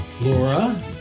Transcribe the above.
Laura